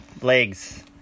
legs